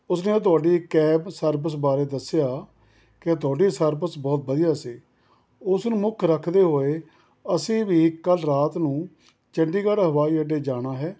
ਉਸ ਨੇ ਤੁਹਾਡੀ ਕੈਬ ਸਰਵਿਸ ਬਾਰੇ ਦੱਸਿਆ ਕਿ ਤੁਹਾਡੀ ਸਰਵਿਸ ਬਹੁਤ ਵਧੀਆ ਸੀ ਉਸ ਨੂੰ ਮੁੱਖ ਰੱਖਦੇ ਹੋਏ ਅਸੀਂ ਵੀ ਕੱਲ੍ਹ ਰਾਤ ਨੂੰ ਚੰਡੀਗੜ੍ਹ ਹਵਾਈ ਅੱਡੇ ਜਾਣਾ ਹੈ